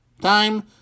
Time